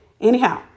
Anyhow